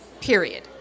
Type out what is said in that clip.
period